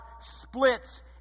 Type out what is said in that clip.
splits